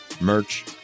merch